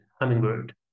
Hummingbird